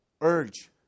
urge